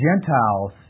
Gentiles